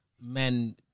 men